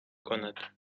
کند